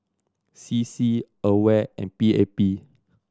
C C AWARE and P A P